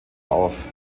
auf